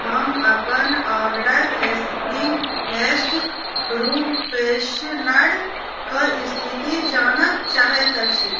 हम अपन ऑर्डरक स्प्रिङ्ग फ़ेस्ट रूम फ्रेशनर कऽ स्थिति जानऽ चाहैत अछि